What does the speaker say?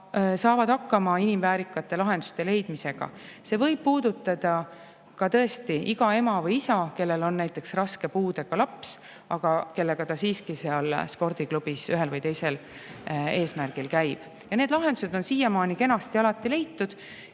saavad hakkama inimväärikate lahenduste leidmisega. See võib puudutada tõesti iga ema või isa, kellel on näiteks raske puudega laps, aga kellega ta siiski seal spordiklubis ühel või teisel eesmärgil käib. Need lahendused on siiamaani alati kenasti leitud.